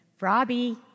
Robbie